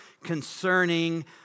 concerning